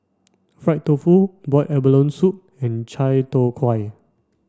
fried tofu boiled abalone soup and Chai Tow Kway